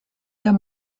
der